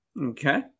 Okay